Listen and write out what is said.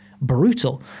brutal